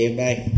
bye